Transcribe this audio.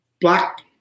black